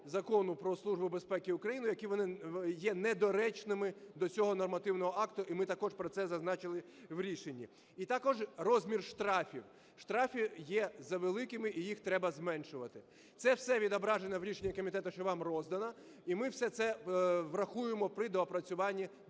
Закону "Про Службу безпеки України", які вони є недоречними до цього нормативного акту, і ми також про це зазначили в рішенні. І також розмір штрафів. Штрафи є завеликими, і їх треба зменшувати. Це все відображено в рішенні комітету, що вам роздано. І ми все це врахуємо при доопрацюванні до